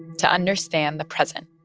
to understand the present